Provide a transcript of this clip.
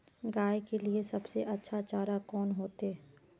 गाय के लिए सबसे अच्छा चारा कौन होते?